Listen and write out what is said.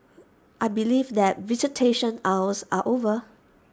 I believe that visitation hours are over